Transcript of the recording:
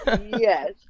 Yes